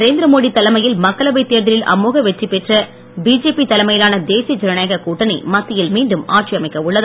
நரேந்திரமோடி தலைமையில் மக்களவைத் தேர்தலில் அமோக வெற்றி பெற்ற பிஜேபி தலைமையிலான தேசிய ஜனநாயக கூட்டணி மத்தியில் மீண்டும் ஆட்சியமைக்க உள்ளது